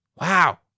Wow